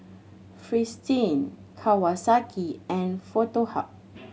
Fristine Kawasaki and Foto Hub